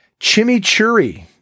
chimichurri